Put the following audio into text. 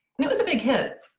and it was a big hit.